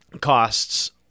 costs